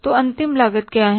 तो अंतिम लागत क्या है